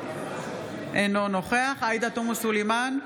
אינו נוכח עאידה תומא סלימאן,